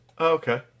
okay